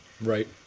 Right